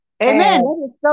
Amen